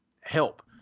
help